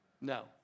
No